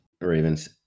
Ravens